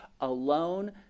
alone